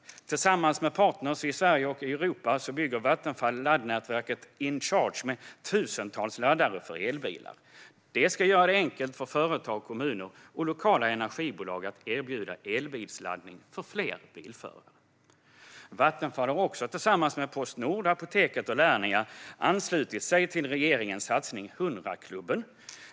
Tillsammans med partner i Sverige och Europa bygger Vattenfall laddnätverket Incharge med tusentals laddare för elbilar. Det ska göra det enkelt för företag, kommuner och lokala energibolag att erbjuda elbilsladdning för fler bilförare. Vattenfall har också tillsammans med Postnord, Apoteket och Lernia anslutit sig till regeringens satsning 100-klubben.